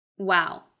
Wow